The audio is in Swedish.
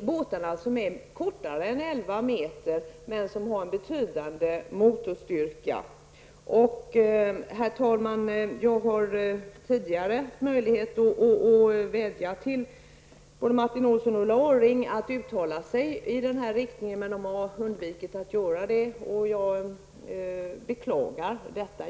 båtar som är kortare än elva meter, men som har en betydande motorstyrka. Herr talman! Jag har tidigare haft möjlighet att säga både till Martin Olsson och Ulla Orring om att de skall uttala sig i denna riktning, men de har undvikit att göra det. Jag beklagar detta.